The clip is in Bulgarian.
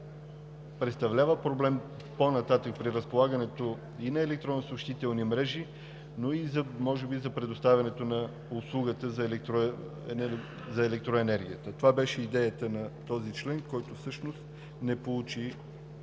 представлява проблем по-нататък при разполагането на електронно съобщителни мрежи, но и може би за предоставянето на услугата за електроенергията. Това беше идеята на този член, който всъщност не получи